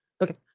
Okay